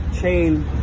chain